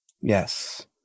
Yes